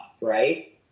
right